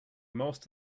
most